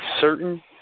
certain